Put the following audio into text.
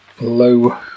low